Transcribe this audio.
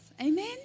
Amen